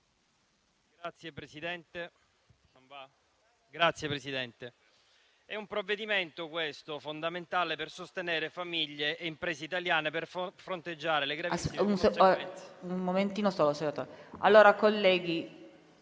Grazie, Presidente. È un provvedimento fondamentale per sostenere famiglie imprese italiane per fronteggiare le gravissime conseguenze